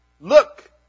Look